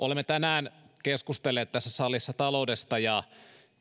olemme tänään keskustelleet tässä salissa taloudesta ja